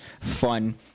fun